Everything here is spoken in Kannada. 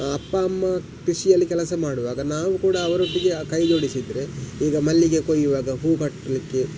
ಅಪ್ಪ ಅಮ್ಮ ಕೃಷಿಯಲ್ಲಿ ಕೆಲಸ ಮಾಡುವಾಗ ನಾವು ಕೂಡಾ ಅವರೊಟ್ಟಿಗೆ ಕೈ ಜೋಡಿಸಿದರೆ ಈಗ ಮಲ್ಲಿಗೆ ಕೊಯ್ಯುವಾಗ ಹೂ ಕಟ್ಟಲಿಕ್ಕೆ